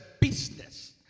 business